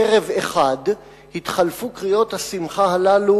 יפתח חבר הכנסת אריה אלדד.